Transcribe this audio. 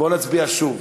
בוא נצביע שוב.